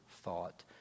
thought